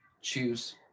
choose